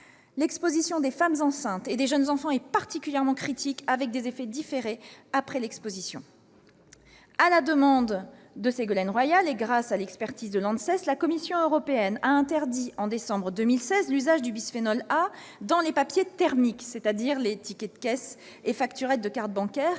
L'exposition des femmes enceintes et des jeunes enfants est particulièrement critique, avec des effets différés après l'exposition. À la demande de Ségolène Royal, et grâce à l'expertise de l'ANSES, la Commission européenne a interdit en décembre 2016 l'usage du bisphénol A dans les papiers thermiques, c'est-à-dire les tickets de caisse et facturettes de carte bancaire,